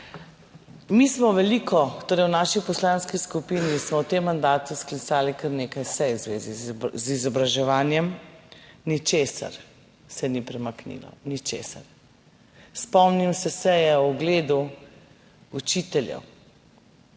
v tem delu mandata. V naši poslanski skupini smo v tem mandatu sklicali kar nekaj sej v zvezi z izobraževanjem. Ničesar se ni premaknilo, ničesar. Spomnim se seje o ugledu učiteljev